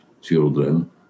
children